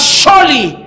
surely